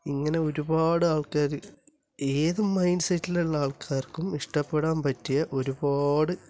ഇങ്ങനെ ഒരുപാട് ആൾക്കാര് ഏത് മൈൻഡ് സെറ്റിലുള്ള ആൾക്കാർക്കും ഇഷ്ടപ്പെടാൻ പറ്റിയ ഒരുപാട്